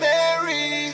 Mary